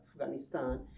Afghanistan